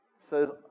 says